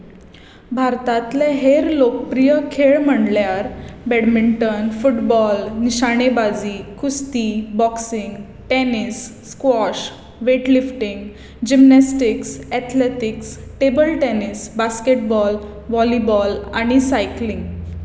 भारतांतले हेर लोकप्रिय खेळ म्हणल्यार बॅडमिंटन फुटबॉल निशाणेबाजी कुस्ती boxing tennis squash weightlifting gymnastics athletics table tennis basketball volleyball आनी सायकलिंग